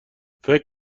فکر